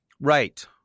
Right